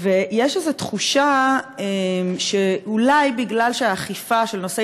יש איזו תחושה שאולי מכיוון שהאכיפה של נושא